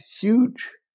huge